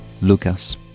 Lucas